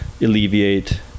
alleviate